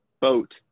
boat